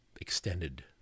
extended